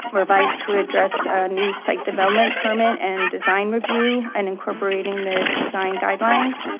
revised to address new site development permit and design review and incorporating the design guidelines.